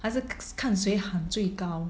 还是看谁喊最高